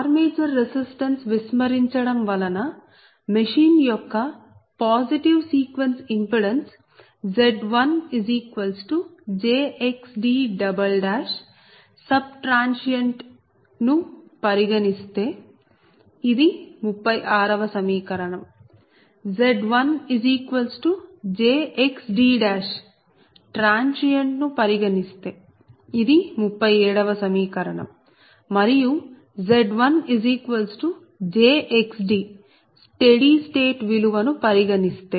armature resistance విస్మరించడం వలన machine యొక్క positive sequence impedance Z1jXd sub transient ను పరిగణిస్తే ఇది 36 వ సమీకరణం Z1jXd ట్రాన్సియెంట్ ను పరిగణిస్తే ఇది 37 వ సమీకరణం మరియు Z1jXd స్టెడీ స్టేట్ విలువ ను పరిగణిస్తే